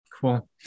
cool